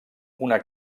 una